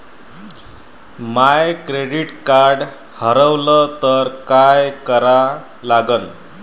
माय credit card हारवलं तर काय करा लागन?